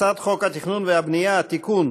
הצעת חוק התכנון והבנייה (תיקון,